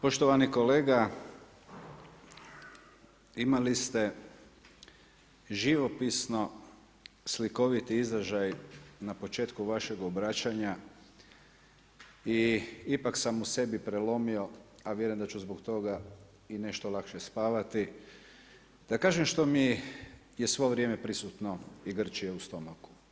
Poštovani kolega, imali ste živopisno slikovit izražaj na početku vašeg obraćanja i ipak sam u sebi prelomio, a vjerujem da ću zbog toga i nešto lakše spavati, da kažem što mi je svo vrijeme prisutno i grč je u stomaku.